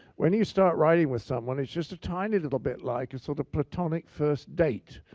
when you start writing with someone, it's just a tiny little bit like a sort of platonic first date.